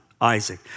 Isaac